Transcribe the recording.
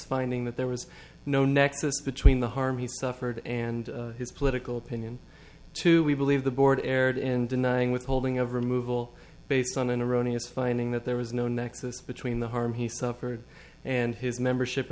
finding that there was no nexus between the harm he suffered and his political opinion to we believe the board erred in denying withholding of removal based on an erroneous finding that there was no nexus between the harm he suffered and his membership